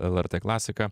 lrt klasika